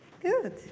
Good